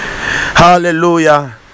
Hallelujah